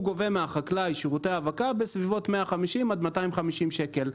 הוא גובה מהחקלאי שירותי האבקה בסביבות 150 עד 250 שקלים.